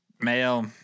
male